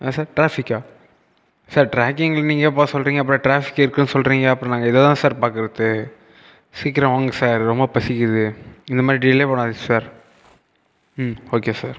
sir டிராஃபிக்கா sir tracking நீங்களே பார்க்க சொல்லுறீங்க அப்புறம் டிராஃபிக் இருக்குன்னு சொல்லுறீங்க அப்புறம் நாங்கள் எதை தான் சார் பார்க்கறது சீக்கிரம் வாங்க சார் ரொம்ப பசிக்குது இந்த மாதிரி டிலே பண்ணாதீங்க சார் ஓகே சார்